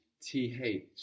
TH